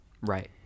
right